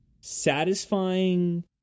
satisfying